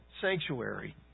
sanctuary